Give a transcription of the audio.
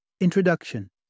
Introduction